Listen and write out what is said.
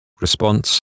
response